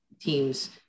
teams